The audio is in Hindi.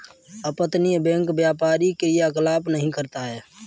अपतटीय बैंक व्यापारी क्रियाकलाप नहीं करता है